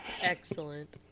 Excellent